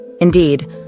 Indeed